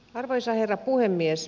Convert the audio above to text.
arvoisa herra puhemies